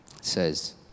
says